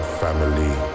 family